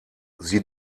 sie